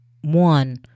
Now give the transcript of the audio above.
one